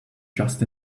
just